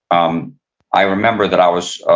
um i remember that i was